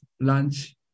lunch